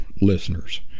listeners